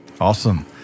Awesome